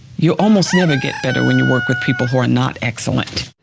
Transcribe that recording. you almost never get better when you work with people who are not excellent.